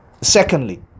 Secondly